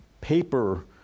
paper